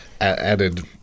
added